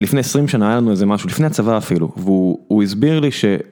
לפני 20 שנה היה לנו איזה משהו לפני הצבא אפילו והוא הוא הסביר לי ש.